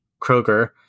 kroger